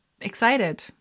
excited